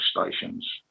stations